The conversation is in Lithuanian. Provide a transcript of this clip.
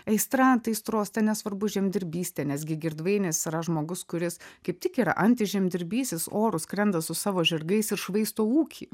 aistra ant aistros ten nesvarbu žemdirbystė nes gi girdvainis yra žmogus kuris kaip tik yra anti žemdirbys jis oru skrenda su savo žirgais ir švaisto ūkį